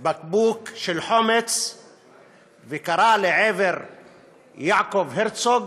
בקבוק של חומץ וקרא לעבר יעקב הרצוג: